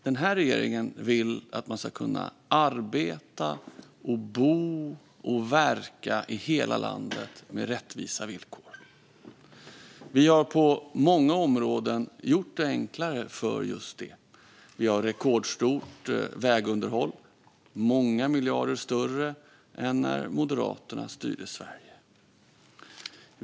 Den här regeringen vill att man ska kunna arbeta, bo och verka i hela landet med rättvisa villkor. Vi har på många områden gjort det enklare för just det, bland annat genom ett rekordstort vägunderhåll som är många miljarder större än när Moderaterna styrde Sverige.